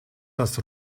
das